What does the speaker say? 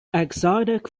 exotic